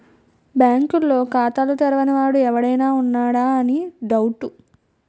బాంకుల్లో ఖాతాలు తెరవని వాడు ఎవడైనా ఉన్నాడా అని డౌటు